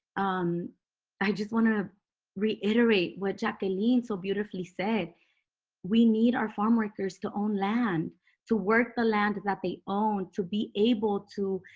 um i just want to reiterate what jacqueline so beautifully said we need our farm workers to own land to work the land that they own to be able to